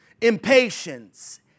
impatience